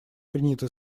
приняты